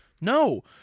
No